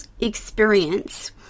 experience